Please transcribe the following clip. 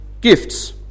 gifts